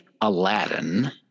Aladdin